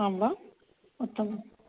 आं वा उत्तमम्